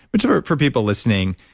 which um for people listening,